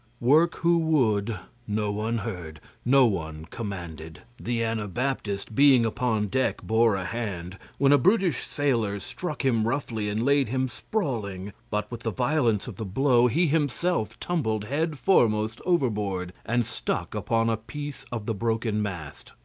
work who would, no one heard, no one commanded. the anabaptist being upon deck bore a hand when a brutish sailor struck him roughly and laid him sprawling but with the violence of the blow he himself tumbled head foremost overboard, and stuck upon a piece of the broken mast.